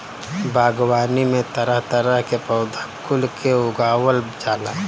बागवानी में तरह तरह के पौधा कुल के उगावल जाला